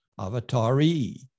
avatari